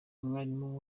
umwalimu